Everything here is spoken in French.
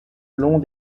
long